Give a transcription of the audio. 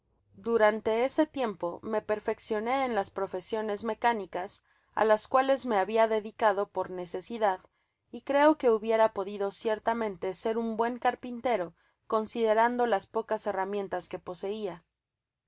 durante ese tiempo me perfeccionó en las profesiones mecánicas á las cuales me habia dedicado por necesidad y creo que hubiera podido ciertamente ser un buen carpintero considerando las pocas herramientas que poseia